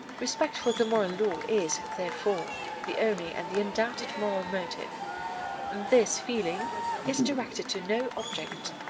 respect for the moral law is, therefore, the only and the undoubted moral motive, and this feeling is directed to no object,